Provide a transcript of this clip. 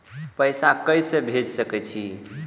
पैसा के से भेज सके छी?